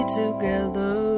together